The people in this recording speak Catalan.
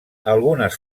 algunes